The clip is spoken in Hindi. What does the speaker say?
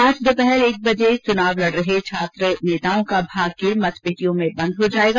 आज दोपहर एक बजे चुनाव लड रहे छात्र नेताओं का भाग्य मतपेटियों में बंद हो जायेगा